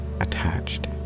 attached